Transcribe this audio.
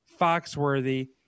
Foxworthy